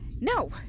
No